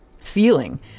feeling